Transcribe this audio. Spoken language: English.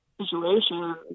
situation